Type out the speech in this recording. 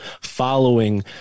following